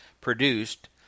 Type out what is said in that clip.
produced